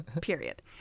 period